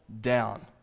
down